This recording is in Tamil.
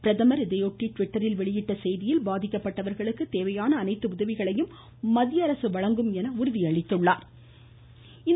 பிரதமர் டிவிட்டரில் வெளியிட்டுள்ள செய்தியில் பாதிக்கப்பட்டவர்களுக்கு தேவையான அனைத்து உதவிகளையும் மத்திய அரசு வழங்கும் என உறுதியளித்தாள்